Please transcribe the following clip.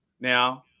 Now